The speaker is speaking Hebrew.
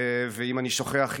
ואם אני שוכח,